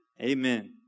Amen